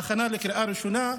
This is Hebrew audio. בהכנה לקריאה ראשונה,